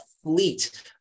fleet